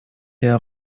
her